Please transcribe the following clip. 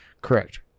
correct